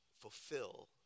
fulfill